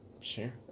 Sure